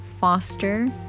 foster